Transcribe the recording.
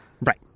Right